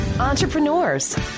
Entrepreneurs